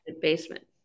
basement